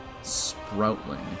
Sproutling